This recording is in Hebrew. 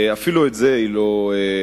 אפילו את זה היא לא עשתה.